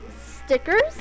stickers